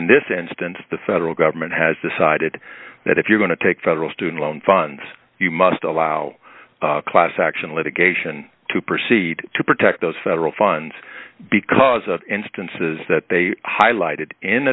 in this instance the federal government has decided that if you're going to take federal student loan funds you must allow a class action litigation to proceed to protect those federal funds because of instances that they highlighted in